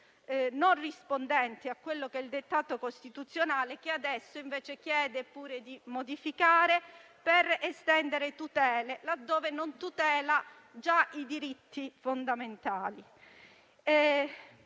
non è rispondente al dettato costituzionale e che adesso chiede pure di modificare, per estendere tutele, laddove non tutela ancora i diritti fondamentali.